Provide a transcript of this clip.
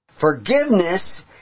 Forgiveness